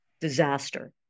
disaster